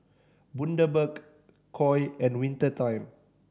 Bundaberg Koi and Winter Time